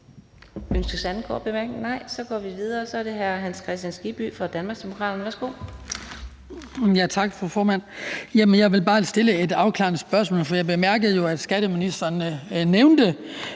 Jeg vil bare stille et afklarende spørgsmål, for jeg bemærkede jo, at skatteministeren nævnte